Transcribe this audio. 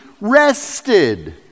rested